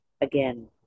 Again